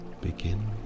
begin